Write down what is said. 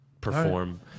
perform